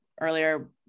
earlier